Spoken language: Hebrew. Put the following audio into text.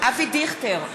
אבי דיכטר,